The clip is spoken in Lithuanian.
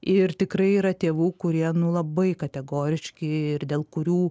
ir tikrai yra tėvų kurie nu labai kategoriški ir dėl kurių